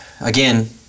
again